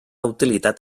utilitat